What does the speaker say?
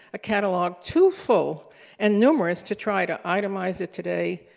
a catalog too full and numerous to try to itemize it today,